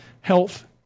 health